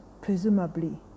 presumably